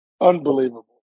unbelievable